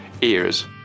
ears